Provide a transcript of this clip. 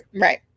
Right